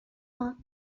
are